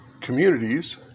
communities